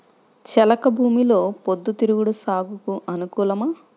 చెలక భూమిలో పొద్దు తిరుగుడు సాగుకు అనుకూలమా?